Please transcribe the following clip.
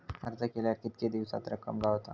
अर्ज केल्यार कीतके दिवसात रक्कम गावता?